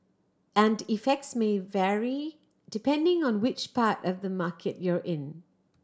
and effects may vary depending on which part of the market you're in